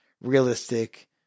realistic